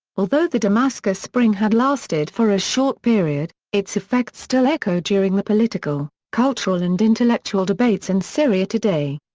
although the damascus spring had lasted for a short period, its effects still echo during the political, cultural and intellectual debates in and syria today.